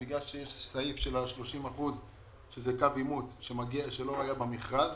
בגלל הסעיף של ה-30% של קו עימות שלא היה במכרז.